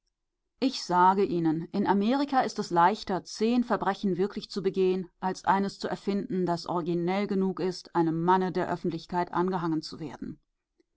ich sage ihnen in amerika ist es leichter zehn verbrechen wirklich zu begehen als eines zu erfinden das originell genug ist einem manne der öffentlichkeit angehangen zu werden